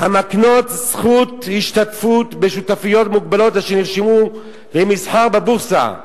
המקנות זכות השתתפות בשותפויות מוגבלות אשר נרשמו למסחר בבורסה.